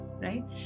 right